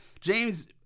James